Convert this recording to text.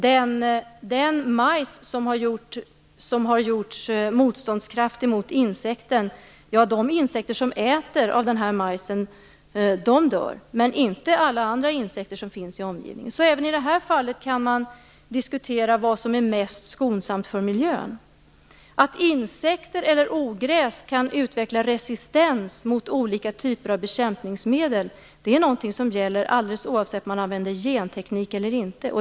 De insekter som äter av den majs som har gjorts motståndskraftig mot insekter dör, men inte alla andra insekter som finns i omgivningen. Även i det fallet kan man diskutera vad som är mest skonsamt för miljön. Att insekter eller ogräs kan utveckla resistens mot olika typer av bekämpningsmedel gäller alldeles oavsett om man använder genteknik eller inte.